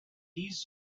these